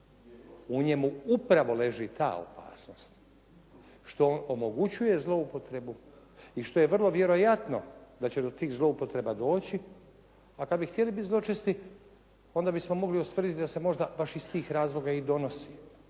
u njemu upravo leži ta opasnost što on omogućuje zloupotrebu i što je vrlo vjerojatno da će do tih zloupotreba doći. A kad bi htjeli biti zločesti onda bismo mogli ustvrditi da se možda baš iz tih razloga i donosi